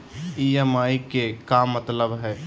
EMI के का मतलब हई?